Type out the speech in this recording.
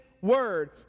Word